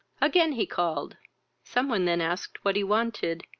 again he called some one then asked what he wanted,